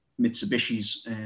Mitsubishi's